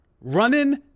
Running